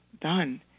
done